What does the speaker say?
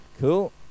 Cool